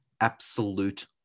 absolute